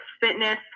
fitness